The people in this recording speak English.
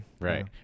right